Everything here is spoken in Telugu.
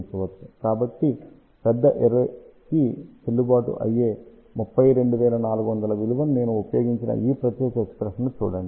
కాబట్టి పెద్ద అర్రేకి చెల్లుబాటు అయ్యే 32400 విలువను నేను ఉపయోగించిన ఈ ప్రత్యేక ఎక్స్ప్రెషన్ ను చూడండి